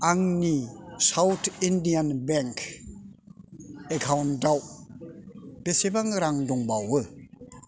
आंनि South Indian Bank एकाउन्टाव बेसेबां रां दंबावो